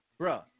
bruh